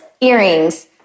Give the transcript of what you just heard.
earrings